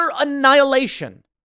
annihilation